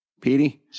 Petey